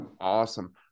Awesome